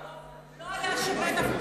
הוא לא היה שמן אף פעם.